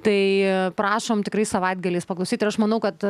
tai prašom tikrai savaitgaliais paklausyt ir aš manau kad